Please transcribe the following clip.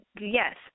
yes